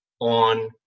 on